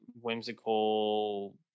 whimsical